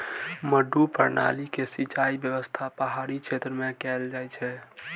मड्डू प्रणाली के सिंचाइ व्यवस्था पहाड़ी क्षेत्र मे कैल जाइ छै